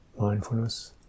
mindfulness